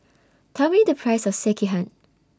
Tell Me The Price of Sekihan